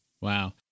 Wow